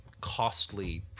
costly